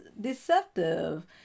deceptive